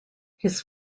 his